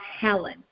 Helen